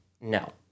No